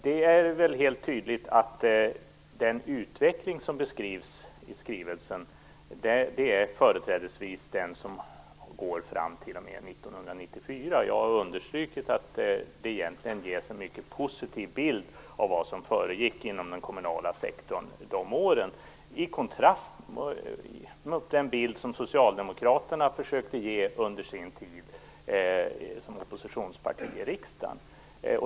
Det är helt tydligt att skrivelsens beskrivning av utvecklingen företrädesvis sträcker sig fram t.o.m. 1994. Jag har understrukit att det i skrivelsen ges en mycket positiv bild av vad som föregick inom den kommunala sektorn under dessa år jämfört med den bild som socialdemokraterna försökte ge under sin tid som oppositionsparti i riksdagen.